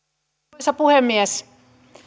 arvoisa puhemies